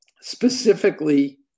specifically